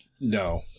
No